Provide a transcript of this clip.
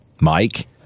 Mike